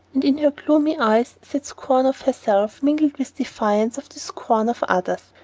and in her gloomy eyes sat scorn of herself mingled with defiance of the scorn of others.